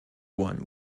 one